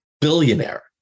billionaire